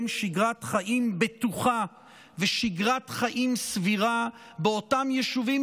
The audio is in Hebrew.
שגרת חיים בטוחה ושגרת חיים סבירה באותם יישובים